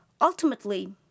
Ultimately